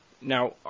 Now